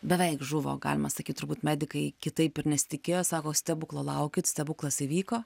beveik žuvo galima sakyt turbūt medikai kitaip ir nesitikėjo sako stebuklo laukit stebuklas įvyko